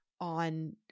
on